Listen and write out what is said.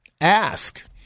Ask